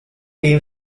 team